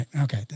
Okay